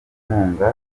inkunga